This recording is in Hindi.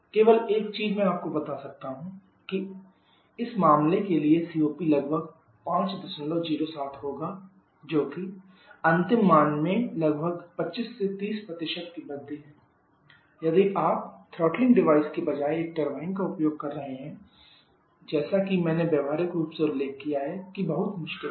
केवल एक चीज मैं आपको बता सकता हूं कि इस मामले के लिए सीओपी लगभग 507 होगा जो अंतिम मान में लगभग 25 से 30 की वृद्धि है यदि आप थ्रॉटलिंग डिवाइस के बजाय एक टरबाइन का उपयोग कर रहे हैं लेकिन जैसा कि मैंने व्यावहारिक रूप से उल्लेख किया है कि बहुत मुश्किल है